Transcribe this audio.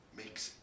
makes